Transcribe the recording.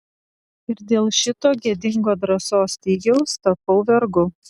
ir dėl šito gėdingo drąsos stygiaus tapau vergu